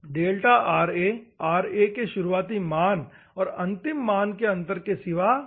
delta Ra Ra के शुरुआती मान और अंतिम मान के अंतर के सिवा कुछ नहीं है